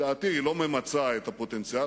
לדעתי היא לא ממצה את הפוטנציאל,